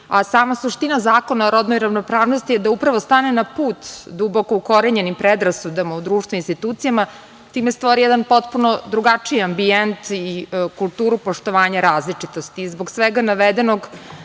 a sama suština Zakona o rodnoj ravnopravnosti je da upravo stane na put duboko ukorenjenim predrasudama u društvu, institucijama time stvori jedan potpuno drugačiji ambijent i kulturu poštovanja različitosti